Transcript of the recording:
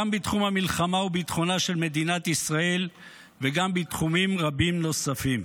גם בתחום המלחמה וביטחונה של מדינת ישראל וגם בתחומים רבים נוספים.